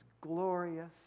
glorious